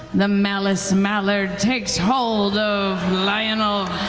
the malice mallard takes hold of lionel.